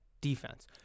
defense